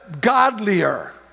godlier